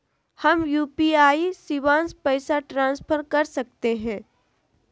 हम यू.पी.आई शिवांश पैसा ट्रांसफर कर सकते हैं?